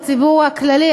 הציבור הכללי,